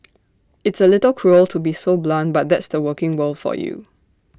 it's A little cruel to be so blunt but that's the working world for you